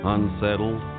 Unsettled